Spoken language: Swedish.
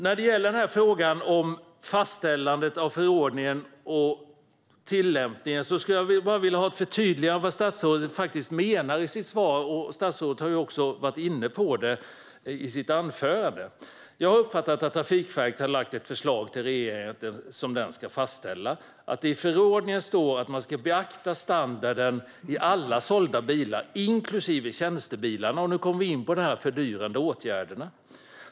När det gäller frågan om fastställande av förordningen och tillämpningen skulle jag vilja ha ett förtydligande av vad statsrådet faktiskt menar i sitt svar. Statsrådet har också varit inne på det i sitt anförande. Jag har uppfattat att Trafikverket har lagt fram ett förslag till regeringen som den ska fastställa att det i förordningen ska stå att man ska beakta standarden i alla sålda bilar, inklusive tjänstebilarna. Och nu kommer vi in på de fördyrande åtgärderna.